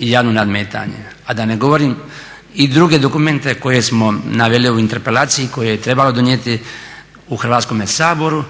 javno nadmetanje, a da ne govorim i druge dokumente koje smo naveli u interpelaciji koje je trebalo donijeti u Hrvatskome saboru